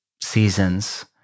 seasons